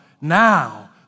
Now